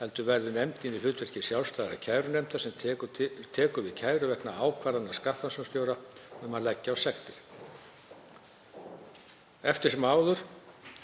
heldur verði nefndin í hlutverki sjálfstæðrar kærunefndar sem tekur við kærum vegna ákvarðana skattrannsóknarstjóra um að leggja á sektir. Eftir sem áður